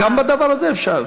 גם בדבר הזה אפשר,